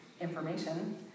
information